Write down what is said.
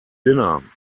dinner